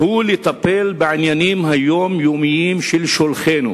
הוא לטפל בעניינים היומיומיים של שולחינו,